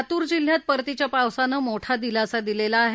लातूर जिल्ह्यात परतीच्या पावसानं मोठा दिलासा दिलेला आहे